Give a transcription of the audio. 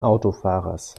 autofahrers